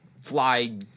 fly